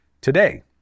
today